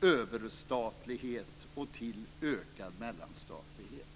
överstatlighet till ökad mellanstatlighet.